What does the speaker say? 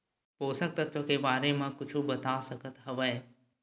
पोषक तत्व के बारे मा कुछु बता सकत हवय?